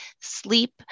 sleep